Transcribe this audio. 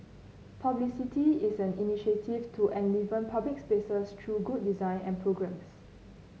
Publicity is an initiative to enliven public spaces through good design and programmes